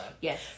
Yes